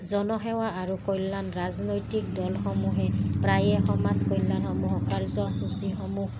জনসেৱা আৰু কল্যাণ ৰাজনৈতিক দলসমূহেই প্ৰায়ে সমাজ কল্যাণসমূহ কাৰ্যসূচীসমূহ